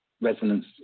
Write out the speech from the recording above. resonance